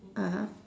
(uh huh)